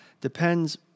depends